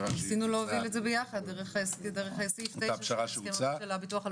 ניסינו להוביל את זה ביחד דרך סעיף 9 --- של הביטוח הלאומי.